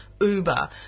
Uber